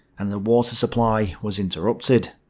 and the water supply was interrupted.